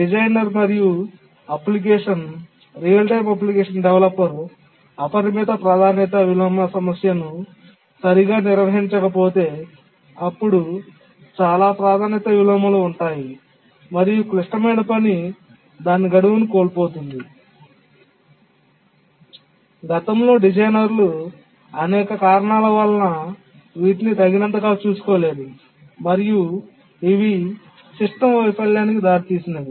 designer మరియు application real time application developer అపరిమిత ప్రాధాన్యత విలోమ సమస్యను సరిగ్గా నిర్వహించకపోతే అప్పుడు చాలా ప్రాధాన్యత విలోమాలు ఉంటాయి మరియు క్లిష్టమైన పని దాని గడువును కోల్పోతుంది గతంలో డిజైనర్లు అనేక కారణాల వలన వీటిని తగినంతగా చూసుకోలేదు మరియు ఇవి సిస్టమ్ వైఫల్యానికి దారితీసినవి